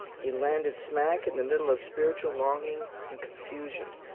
he landed smack in the middle of spiritual longing and confusion.